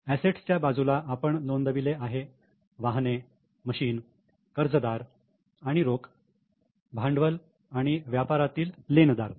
onset च्या बाजूला आपण नोंदविले आहे वाहने मशीन कर्जदार आणि रोख भांडवल आणि व्यापारातील लेनदार